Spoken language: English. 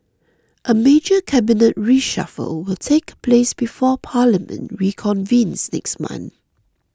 a major Cabinet reshuffle will take place before Parliament reconvenes next month